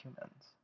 humans